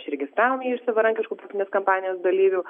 išregistravom jį iš savarankiškų politinės kampanijos dalyvių